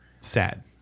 Sad